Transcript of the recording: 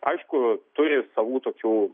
aišku turi savų tokių